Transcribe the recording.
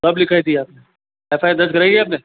कब लिखाइ थी आपने एफ आई आर दर्ज कारवाई है आपने